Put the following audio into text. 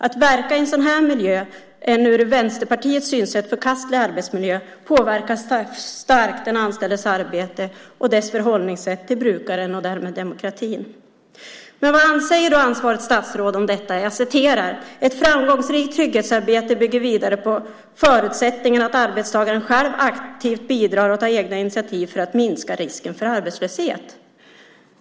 Att verka i en sådan, med Vänsterpartiets synsätt, förkastlig arbetsmiljö påverkar starkt den anställdes arbete och dennes förhållningssätt till brukaren och därmed demokratin. Vad säger då ansvarigt statsråd om detta? "Ett framgångsrikt trygghetsarbete bygger vidare på förutsättningen att arbetstagaren själv aktivt bidrar och tar egna initiativ för att minska risken för arbetslöshet."